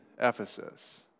Ephesus